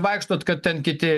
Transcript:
vaikštot kad ten kiti